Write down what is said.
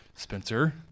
Spencer